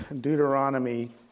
Deuteronomy